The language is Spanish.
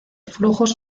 flujos